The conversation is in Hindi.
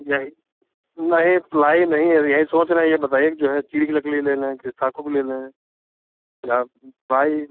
नहीं नहीं प्लाई नहीं है यही सोच रहे हैं यह बताइए कि जो है चीड़ की लकड़ी ले लें कि साखू की लकड़ी ले लें या प्लाई